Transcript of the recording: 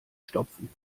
stopfen